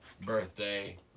birthday